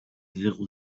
zéro